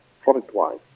product-wise